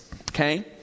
Okay